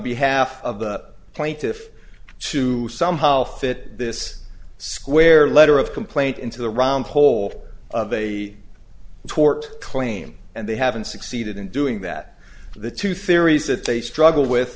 behalf of the plaintiff to somehow fit this square letter of complaint into the round hole of a tort claim and they haven't succeeded in doing that the two theories that they struggle with